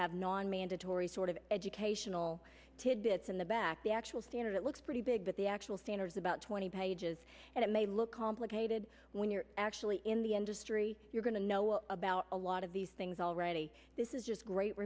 have non mandatory sort of educational tidbits in the back the actual standard that looks pretty big but the actual standards about twenty pages and it may look complicated when you're actually in the industry you're going to know about a lot of these things already this is just great